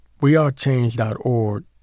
WeAreChange.org